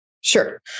Sure